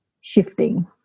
shifting